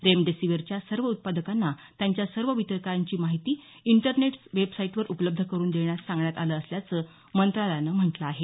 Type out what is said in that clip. रेमडेसिविरच्या सर्व उत्पादकांना त्यांच्या सर्व वितरकांची माहिती इंटरनेट वेबसाईटवर उपलब्ध करुन देण्यास सांगण्यात आलं असल्याचं मंत्रालयानं म्हटलं आहे